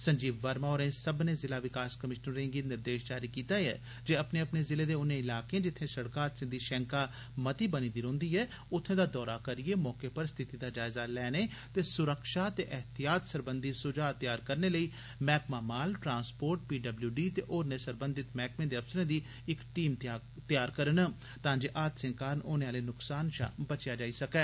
संजीव वर्मा होरें सब्बने जिला विकास कमीशनरें गी निर्देश जारी कीता जे अपने अपने जिले दे उनें इलाकें जित्थें सड़क हादसें दी शैंका मती बनी दी रौंह्दी ऐ उत्थें दा दौरा करियै मौके पर स्थिति दा जायजा लैने ते सुरखा ते एहतिहात सरबंधी सुझाव तैआर करने लेई मैह्कमा माल ट्रांसपोर्ट पीडब्ल्यूडी ते होरने सरबंधत मैह्कमें दे अफसरें दी टीम तैआर करन तां जे हादसें कारण होने आले नसकान शा बचेआ जाई सकै